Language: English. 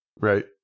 Right